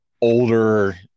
older